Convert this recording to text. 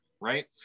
right